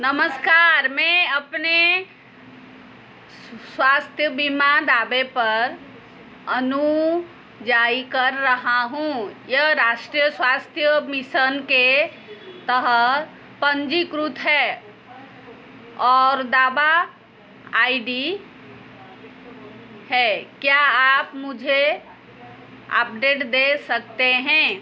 नमस्कार मैं अपने स्वास्थ्य बीमा दावे पर अनुयायी कर रहा हूँ यह राष्ट्रीय स्वास्थ्य मिशन के तहत पन्जीकृत है और दावा आइ डी है क्या आप मुझे अपडेट दे सकते हैं